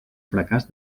fracàs